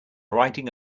writing